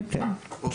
כן.